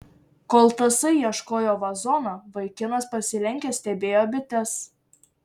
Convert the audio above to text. kol tasai ieškojo vazono vaikinas pasilenkęs stebėjo bites